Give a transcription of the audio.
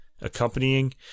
accompanying